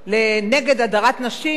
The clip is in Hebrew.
במלחמתה נגד הדרת נשים,